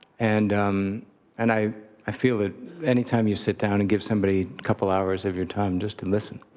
and um and i i feel that any time you sit down and give somebody couple hours of your time just to listen.